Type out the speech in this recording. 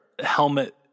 helmet